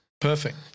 perfect